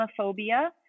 homophobia